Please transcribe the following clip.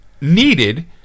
needed